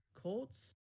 Colts